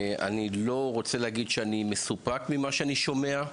אני לא רוצה להגיד שאני מסופק ממה שאני שומע,